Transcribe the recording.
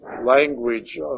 language